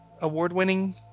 award-winning